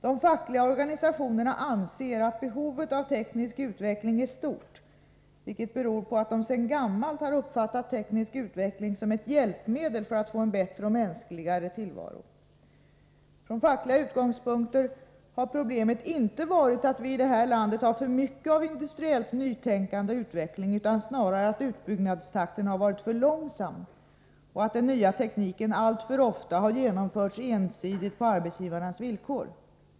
De fackliga organisationerna anser att behovet av teknisk utveckling är stort, vilket beror på att de sedan gammalt har uppfattat teknisk utveckling som ett hjälpmedel för att få en bättre och mänskligare tillvaro. Från fackliga utgångspunkter har problemet inte varit att vi i det här landet har för mycket av industriellt nytänkande och utveckling utan snarare att utbyggnadstakten har varit för långsam och att den nya tekniken alltför ofta har genomförts ensidigt på arbetsgivarnas villkor.